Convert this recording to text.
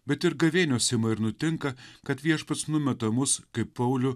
bet ir gavėnios ima ir nutinka kad viešpats numeta mus kaip paulių